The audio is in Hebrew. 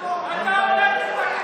בושה.